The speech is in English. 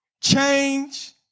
change